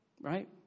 Right